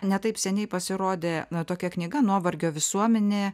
ne taip seniai pasirodė na tokia knyga nuovargio visuomenė